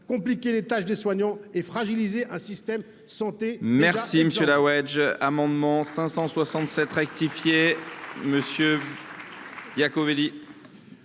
compliquer la tâche des soignants et fragiliser un système de santé déjà exsangue.